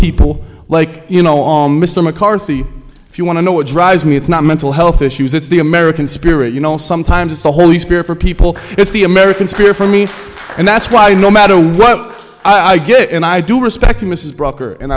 people like you know all mr mccarthy if you want to know what drives me it's not mental health issues it's the american spirit you know sometimes it's the holy spirit for people it's the american spirit for me and that's why no matter what i get and i do respect